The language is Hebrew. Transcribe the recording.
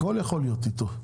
הכל יכול להיות איתו,